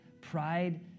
Pride